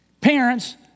parents